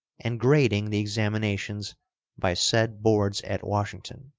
and grading the examinations by said boards at washington,